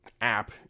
app